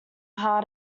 heart